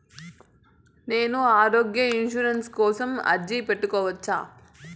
నేను ఆరోగ్య ఇన్సూరెన్సు కోసం అర్జీ పెట్టుకోవచ్చా?